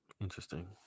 Interesting